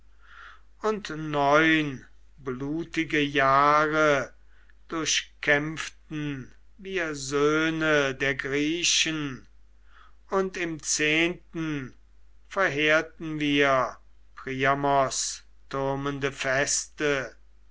und neun blutige jahre durchkämpften wir söhne der griechen und im zehnten verheerten wir priamos türmende feste